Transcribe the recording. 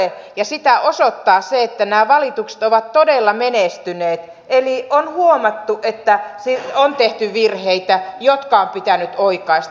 sitä osoittaa se että nämä valitukset ovat todella menestyneet eli on huomattu että on tehty virheitä jotka on pitänyt oikaista